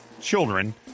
children